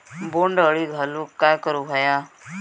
बोंड अळी घालवूक काय करू व्हया?